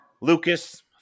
Lucas